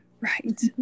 right